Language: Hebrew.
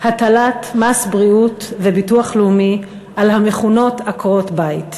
הטלת מס בריאות וביטוח לאומי על המכונות "עקרות בית".